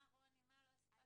כן רוני, מה לא הספקת?